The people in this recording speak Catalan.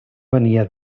venia